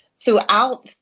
throughout